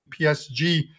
PSG